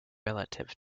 relative